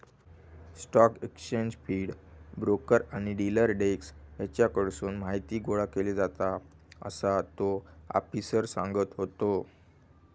stock exchange feed, broker आणि dealer desk हेच्याकडसून माहीती गोळा केली जाता, असा तो आफिसर सांगत होतो